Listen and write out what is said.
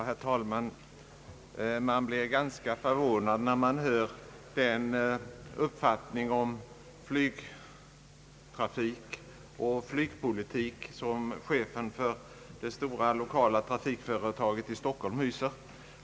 Herr talman! Man blir ganska förvånad när man hör den uppfattning om flygtrafik och flygpolitik som chefen för det stora lokala trafikföretaget i Stockholm hyser.